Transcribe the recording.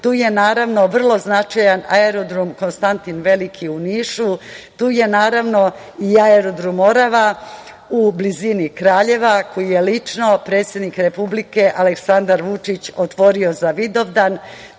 tu je naravno značajan Aerodrom „Konstantin Veliki“ u Nišu, tu je naravno i Aerodrom „Morava“ u blizini Kraljeva koji je lično predsednik Republike Aleksandar Vučić otvorio za Vidovdan,